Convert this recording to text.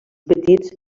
petits